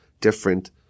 different